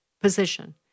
position